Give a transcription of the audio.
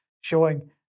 showing